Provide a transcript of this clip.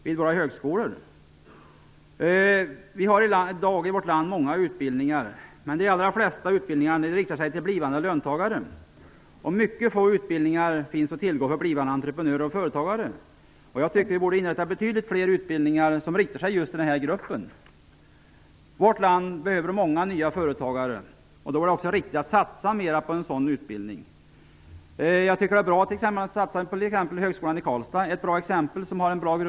Vi har många typer av utbildningar i vårt land. Men de allra flesta utbildningar riktar sig till blivande löntagare, medan mycket få utbildningar finns att tillgå för blivande entreprenörer och företagare. Vi borde inrätta betydligt fler utbildningar som riktar sig till just denna grupp. Vårt land behöver många nya företagare. Det vore därför riktigt att satsa mer på en sådan utbildning. Det skulle vara bra om det satsades på exempelvis högskolan i Karlstad. Den utgör ett bra exempel med god grund att bygga på.